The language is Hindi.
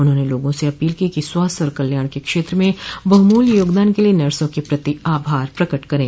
उन्होंने लोगों से अपील की कि स्वास्थ्य और कल्याण के क्षेत्र में बहुमूल्य योगदान के लिए नर्सों के प्रति आभार प्रकट करें